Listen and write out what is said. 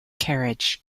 carriage